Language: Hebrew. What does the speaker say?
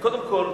קודם כול,